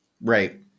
Right